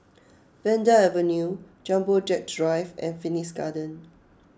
Vanda Avenue Jumbo Jet Drive and Phoenix Garden